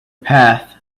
path